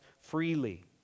freely